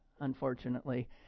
unfortunately